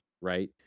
right